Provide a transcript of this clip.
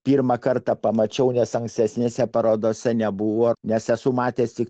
pirmą kartą pamačiau nes ankstesnėse parodose nebuvo nes esu matęs tik